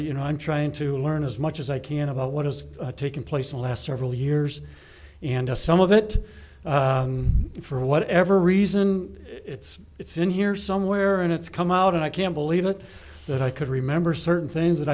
you know i'm trying to learn as much as i can about what has taken place the last several years and some of it for whatever reason it's it's in here somewhere and it's come out and i can't believe it that i could remember certain things that